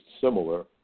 similar